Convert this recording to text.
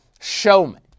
showman